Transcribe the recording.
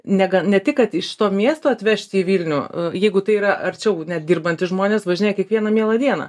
negan ne tik kad iš to miesto atvežti į vilnių jeigu tai yra arčiau net dirbantys žmonės važinėja kiekvieną mielą dieną